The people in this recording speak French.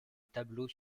tableau